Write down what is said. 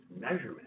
measurement